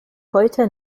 heute